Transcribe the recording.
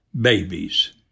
babies